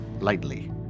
lightly